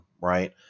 right